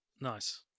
Nice